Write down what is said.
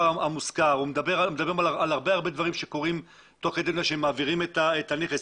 מדברים על הרבה דברים שקורים תוך כדי זה שהם מעבירים את הנכס.